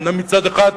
אומנם מצד אחר